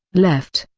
left,